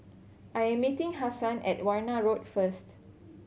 I am meeting Hassan at Warna Road first